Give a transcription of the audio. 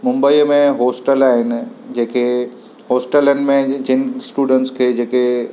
मुंबईअ में होस्टल आहिनि जेके होस्टलनि में जिनि स्टूडंट्स खे जेके